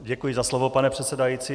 Děkuji za slovo, pane předsedající.